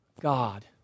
God